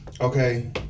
okay